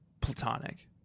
platonic